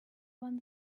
one